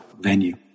venue